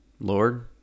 Lord